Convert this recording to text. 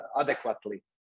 adequately